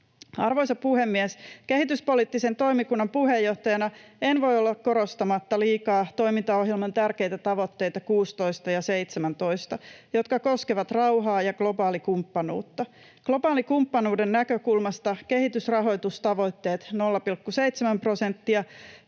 Arvoisa puhemies! Kehityspoliittisen toimikunnan puheenjohtajana en voi olla korostamatta liikaa toimintaohjelman tärkeitä tavoitteita 16 ja 17, jotka koskevat rauhaa ja globaalikumppanuutta. Globaalikumppanuuden näkökulmasta kehitysrahoitustavoitteet — 0,7 prosenttia